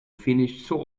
finishing